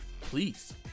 Please